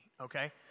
okay